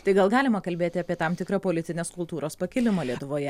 tai gal galima kalbėti apie tam tikrą politinės kultūros pakilimą lietuvoje